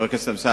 חבר הכנסת אמסלם,